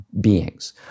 beings